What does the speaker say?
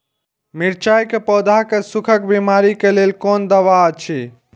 मिरचाई के पौधा के सुखक बिमारी के लेल कोन दवा अछि?